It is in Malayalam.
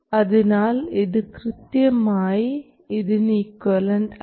അതിനാൽ ഇത് കൃത്യമായി ഇതിന് ഇക്വിവാലന്റ് അല്ല